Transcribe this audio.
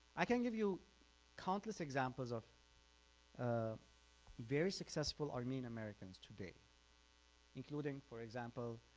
i can give you countless examples of ah very successful armenian americans today including for example